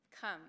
Come